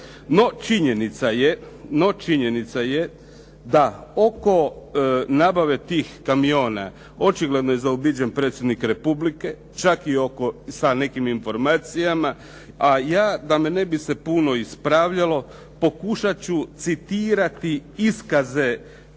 No, činjenica je da oko nabave tih kamiona očigledno je zaobiđen Predsjednik Republike čak i sa nekim informacijama, a ja da me ne bi se puno ispravljalo pokušat ću citirati iskaze pojedinih